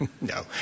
No